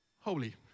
holy